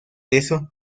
eso